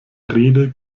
rede